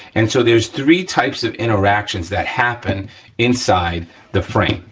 and so, there's three types of interactions that happen inside the frame,